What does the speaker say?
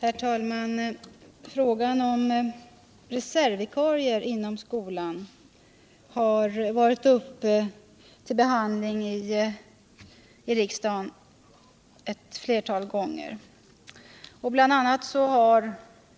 Herr talman! Frågan om reservvikarier inom skolan har ett flertal gånger varit uppe till behandling i riksdagen. Bl. a. har